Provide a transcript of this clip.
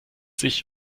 sich